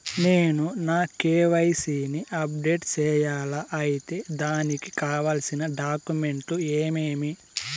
నేను నా కె.వై.సి ని అప్డేట్ సేయాలా? అయితే దానికి కావాల్సిన డాక్యుమెంట్లు ఏమేమీ?